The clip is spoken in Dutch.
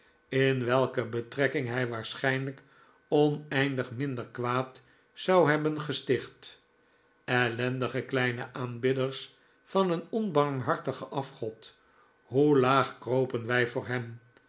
in welke betrekking hij waarschijnlijk oneindig minder kwaad zou hebben gesticht ellendige kleine aanbidders van een onbarmhartigen afgod hoe laag kropen wij voor hem